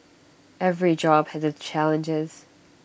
every job has its challenges